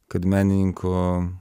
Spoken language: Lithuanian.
kad menininko